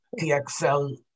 TXL